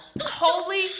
Holy